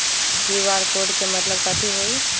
QR code के मतलब कथी होई?